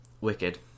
Wicked